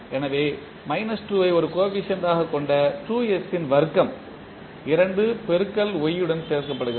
எனவே மைனஸ் 2 ஐ ஒரு கோஎபிசியன்ட் கொண்ட 2s ன் வர்க்கம் 2 பெருக்கல் y உடன் சேர்க்கப்படுகிறது